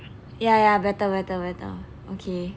ya ya better better better okay